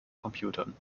computern